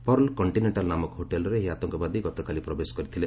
pearl Continental ନାମକ ହୋଟେଲ୍ରେ ଏହି ଆତଙ୍କବାଦୀ ଗତକାଲି ପ୍ରବେଶ କରିଥିଲେ